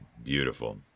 Beautiful